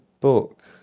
book